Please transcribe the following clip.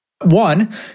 One